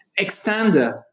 Extend